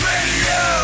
Radio